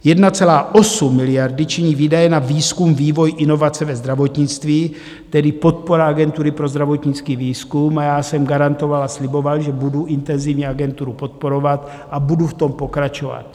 1,8 miliardy činí výdaje na výzkum, vývoj a inovace ve zdravotnictví, tedy podpora Agentury pro zdravotnický výzkum, a já jsem garantoval a sliboval, že budu intenzivně Agenturu podporovat, a budu v tom pokračovat.